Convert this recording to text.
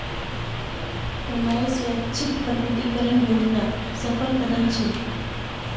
कमाईर स्वैच्छिक प्रकटीकरण योजना सफल कदम छील